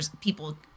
people